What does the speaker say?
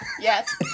Yes